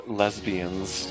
lesbians